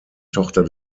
tochter